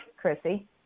Chrissy